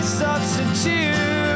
substitute